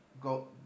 Go